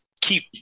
keep